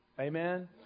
Amen